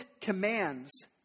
commands